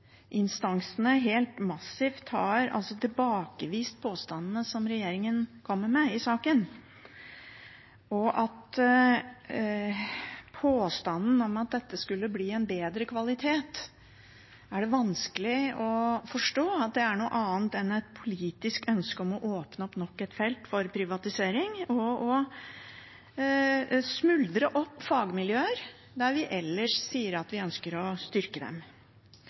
høringsinstansene helt massivt har tilbakevist påstandene som regjeringen kommer med i saken. Påstanden om at dette skulle gi en bedre kvalitet, er det vanskelig å forstå som noe annet enn et politisk ønske om å åpne opp nok et felt for privatisering og å smuldre opp fagmiljøer der vi ellers sier at vi ønsker å styrke dem.